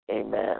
Amen